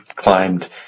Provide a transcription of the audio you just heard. climbed